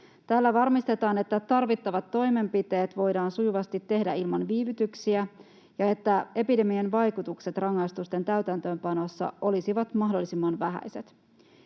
Tällä varmistetaan, että tarvittavat toimenpiteet voidaan sujuvasti tehdä ilman viivytyksiä ja että epidemian vaikutukset rangaistusten täytäntöönpanossa olisivat mahdollisimman vähäiset.